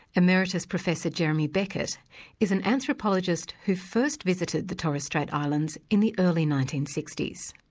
emeritus professor jeremy beckett is an anthropologist who first visited the torres strait islands in the early nineteen sixty s.